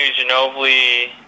Ginobili